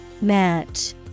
Match